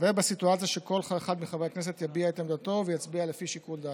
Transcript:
ובסיטואציה שכל אחד מחברי הכנסת יביע את עמדתו ויצביע לפי שיקול דעתו.